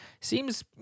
seems